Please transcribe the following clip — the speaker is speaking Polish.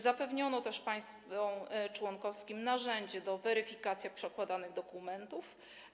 Zapewniono także państwom członkowskim narzędzie do weryfikacji przedkładanych dokumentów.